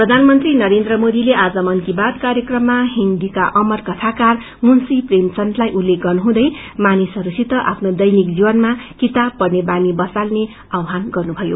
प्रधानमंत्री नरेन्द्र मोदीले आज मनकी आत कार्यक्रममा हिन्दीका अमर कथाकार मुंशी प्रेम चन्दलाई उत्लेख गनुहुँदै मानिसहस्सित आफ्नो दैनिक जीवनमा किताब पढ़ने बानी बसाउने ाआव्हान गर्नुभयो